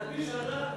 להקפיא שנה.